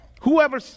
whoever